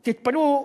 תתפלאו,